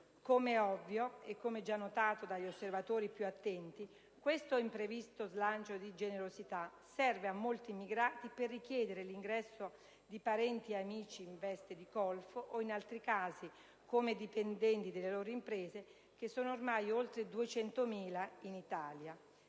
Come è ovvio (e come già notato dagli osservatori più attenti), questo imprevisto slancio di generosità serve a molti immigrati per richiedere l'ingresso di parenti e amici in veste di colf o, in altri casi, come dipendenti delle loro imprese (che sono ormai oltre 200.000 in Italia).